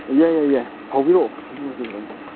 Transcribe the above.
ꯌꯥꯏ ꯌꯥꯏ ꯌꯥꯏ ꯐꯥꯎꯕꯤꯔꯛꯑꯣ ꯁꯤ ꯅꯝꯕꯔꯁꯤꯗ ꯑꯗꯨꯝ